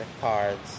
cards